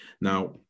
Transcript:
Now